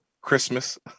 Christmas